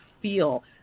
feel